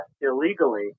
illegally